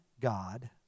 God